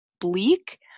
bleak